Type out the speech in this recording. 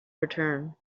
return